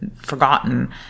forgotten